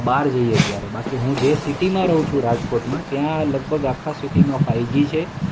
બહાર જઇએ ત્યારે બાકી હું જે સિટીમાં રહું છું રાજકોટમાં ત્યાં લગભગ આખા સિટીમાં ફાઇજી છે